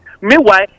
Meanwhile